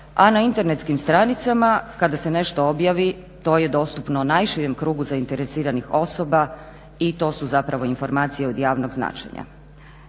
a na internetskim stranicama kada se nešto objavi to je dostupno najširem krugu zainteresiranih osoba i to su zapravo informacije od javnog značenja.